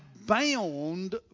bound